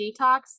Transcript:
detox